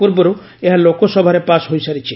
ପୂର୍ବରୁ ଏହା ଲୋକସଭାରେ ପାସ୍ ହୋଇସାରିଛି